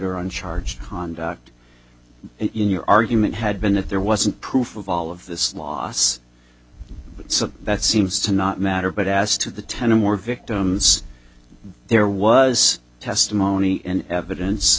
or on charge conduct your argument had been if there wasn't proof of all of this loss that seems to not matter but as to the ten or more victims there was testimony and evidence